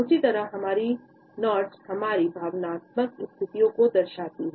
उसी समय हमारी नॉड्स हमारी भावनात्मक स्थिति को दर्षाता हैं